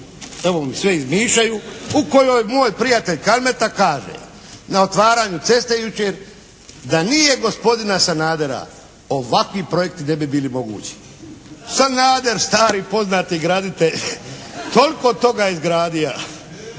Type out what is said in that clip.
evo mi sve izmišaju u kojoj moj prijatelj Kalmeta kaže na otvaranju ceste jučer da nije gospodina Sanadera ovakvi projekti ne bi bili moguće. Sanader stari poznati graditelj koliko toga je izgradia,